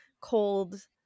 cold